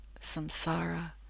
samsara